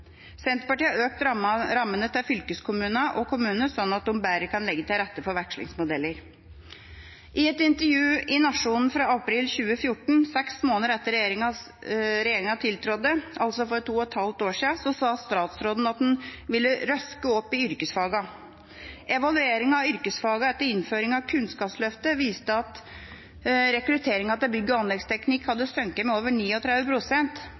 Senterpartiet har økt rammene til fylkeskommunene og kommunene, slik at de bedre kan legge til rette for vekslingsmodeller. I et intervju i Nationen fra april 2014, seks måneder etter at regjeringa tiltrådte, altså for to og et halvt år siden, sa statsråden at han ville «røske opp i yrkesfagene». Evalueringen av yrkesfagene etter innføringen av Kunnskapsløftet viste at rekrutteringen til bygg- og anleggsteknikk hadde sunket med over